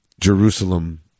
Jerusalem